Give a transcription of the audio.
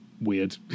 weird